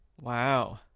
Wow